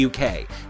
UK